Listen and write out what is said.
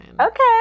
Okay